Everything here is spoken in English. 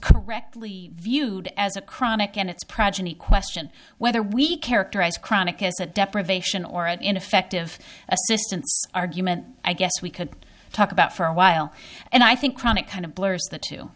correctly viewed as a chronic and it's progeny question whether we characterize chronic as a deprivation or it ineffective assistance argument i guess we could talk about for a while and i think chronic kind of blurs the t